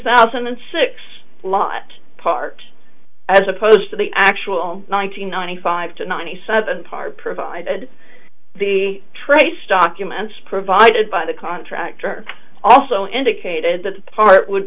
thousand and six law at part as opposed to the actual nine hundred ninety five to ninety seven part provided the trace documents provided by the contractor also indicated that the part would